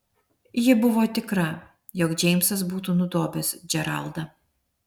ji buvo tikra jog džeimsas būtų nudobęs džeraldą